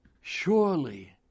Surely